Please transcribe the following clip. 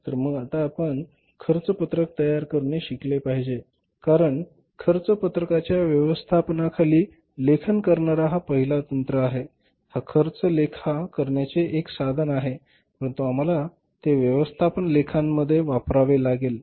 तर मग आता आपण खर्च पत्रक तयार करणे शिकले पाहिजे कारण खर्च पत्रकाच्या व्यवस्थापनाखाली लेखन करणारा हा पहिला तंत्र आहे हा खर्च लेखा करण्याचे एक साधन आहे परंतु आम्हाला ते व्यवस्थापन लेखामध्ये वापरावे लागेल